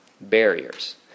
barriers